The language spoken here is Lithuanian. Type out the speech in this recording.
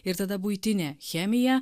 ir tada buitinė chemija